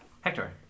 Hector